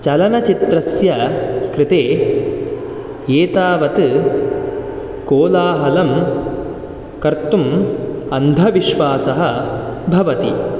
चलनचित्रस्य कृते एतावत् कोलाहलं कर्तुम् अन्धविश्वासः भवति